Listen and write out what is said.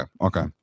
Okay